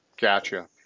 Gotcha